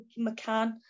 McCann